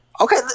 Okay